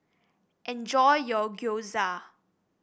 enjoy your Gyoza